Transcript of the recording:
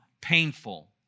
painful